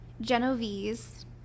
Genovese